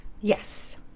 yes